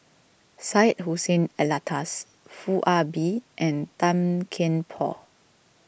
Syed Hussein Alatas Foo Ah Bee and Tan Kian Por